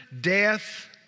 death